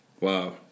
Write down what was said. Wow